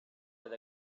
with